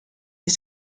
les